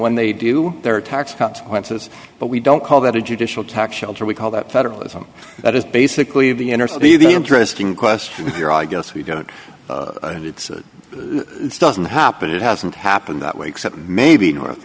when they do their tax cut went to us but we don't call that a judicial tax shelter we call that federalism that is basically the inner city the interesting question here i guess we don't and it's it doesn't happen it hasn't happened that way except maybe north